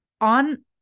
on